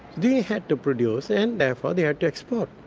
they had to produce, and therefore they had to export.